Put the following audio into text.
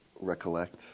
recollect